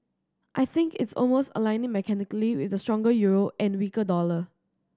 I think it's almost aligning mechanically with the stronger euro and weaker dollar